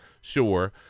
Sure